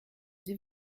sie